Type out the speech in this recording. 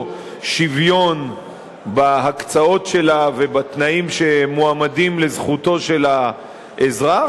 שוויון בהקצאות שלה ובתנאים שמועמדים לזכותו של האזרח,